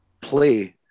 play